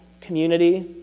community